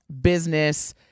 business